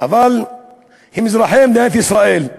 אבל הם אזרחי מדינת ישראל.